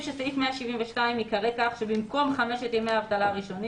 שסעיף 172 ייקרא כך שבמקום חמשת ימי האבטלה הראשונים